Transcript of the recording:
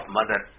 mother